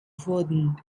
wurden